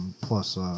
plus